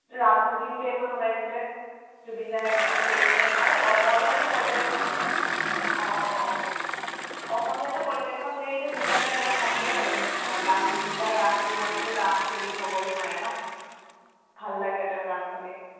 ৰাজনীতি বুলি এখন ওলাইছিলে জুবিন দাই একটিং কৰিছে আৰু অসমীয়াতো প্ৰত্যেক অঁ অসমীয়াতো প্ৰত্যেকখন হেৰিতে জুবিন দাৰ গান থাকেই আৰু আৰু গান জুবিন দাৰ গান অবিহনেতো গান ফিল্ম হ'বই নোৱাৰে ন ভাল লাগে তেওঁৰ গান শুনি